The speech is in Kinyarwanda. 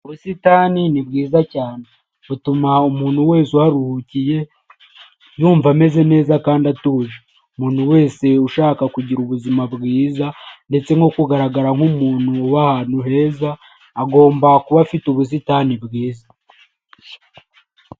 Ubusitani ni bwiza cyane butuma umuntu wese uharuhukiye yumva ameze neza kandi atuje, umuntu wese ushaka kugira ubuzima bwiza ndetse no kugaragara nk'umuntu w'a ahantu heza agomba kuba afite ubusitani bwiza.